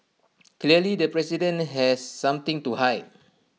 clearly the president has something to hide